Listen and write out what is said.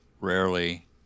Rarely